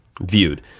Viewed